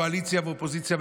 קואליציה ואופוזיציה,